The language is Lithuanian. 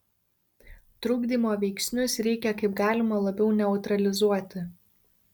trukdymo veiksnius reikia kaip galima labiau neutralizuoti